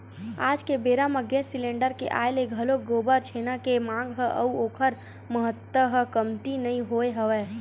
आज के बेरा म गेंस सिलेंडर के आय ले घलोक गोबर छेना के मांग ह अउ ओखर महत्ता ह कमती नइ होय हवय